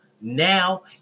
now